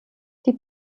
die